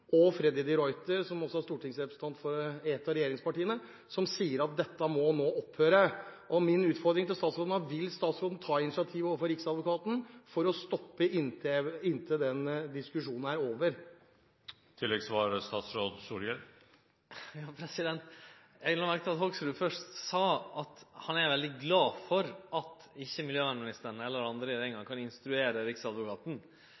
og Freddy de Ruiter, som er stortingsrepresentant fra et av regjeringspartiene, sier at dette nå må opphøre. Min utfordring til statsråden er: Vil statsråden ta initiativ overfor Riksadvokaten for å stoppe det inntil den diskusjonen er over? Eg la merke til at Hoksrud først sa at han er veldig glad for at ikkje miljøvernministeren eller andre